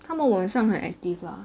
他们晚上很 active lah